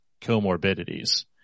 comorbidities